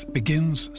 begins